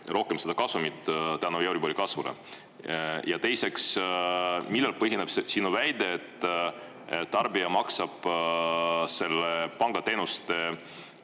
rohkem seda kasumit tänu eurobori kasvule. Ja teiseks, millel põhineb sinu väide, et tarbija maksab selle pangateenuste